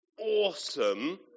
awesome